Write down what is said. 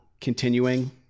continuing